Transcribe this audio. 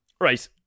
Right